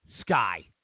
sky